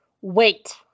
Wait